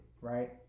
Right